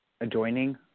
adjoining